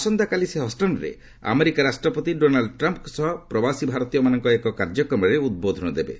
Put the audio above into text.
ଆସନ୍ତାକାଲି ସେ ହଷ୍ଟନ୍ଠାରେ ଆମେରିକା ରାଷ୍ଟ୍ରପତି ଡୋନାଲ୍ଡ ଟ୍ରମ୍ପ୍ଙ୍କ ସହ ପ୍ରବାସୀ ଭାରତୀୟମାନଙ୍କର ଏକ କାର୍ଯ୍ୟକ୍ରମରେ ଉଦ୍ବୋଧନ ଦେବେ